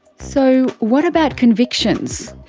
so what about convictions?